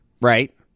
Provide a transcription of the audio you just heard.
right